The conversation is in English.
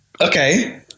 Okay